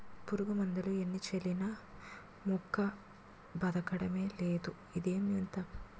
పురుగుమందులు ఎన్ని చల్లినా మొక్క బదకడమే లేదు ఇదేం వింత?